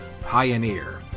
Pioneer